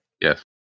Yes